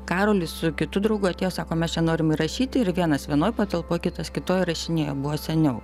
karolis su kitu draugu atėjo sako mes čia norim įrašyti ir vienas vienoj patalpoj kitas kitoj rašinėja buvo seniau